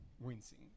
wincing